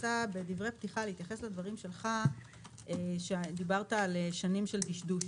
בדברי הפתיחה אני רוצה להתייחס לדברים שלך שדיברת על שנים של דשדוש.